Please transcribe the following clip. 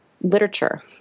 literature